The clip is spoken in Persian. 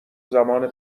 زمان